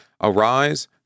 Arise